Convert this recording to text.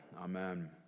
Amen